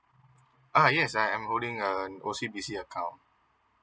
uh yes I am holding an O C B C account